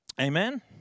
Amen